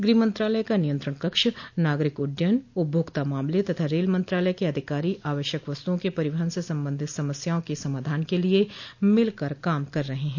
गृह मंत्रालय का नियंत्रण कक्ष नागरिक उड्डयन उपभोक्ता मामले तथा रेल मंत्रालय के अधिकारी आवश्यक वस्तुओं के परिवहन से संबंधित समस्याओं के समाधान के लिए मिलकर काम कर रहे हैं